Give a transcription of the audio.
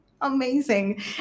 Amazing